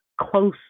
close